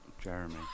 Jeremy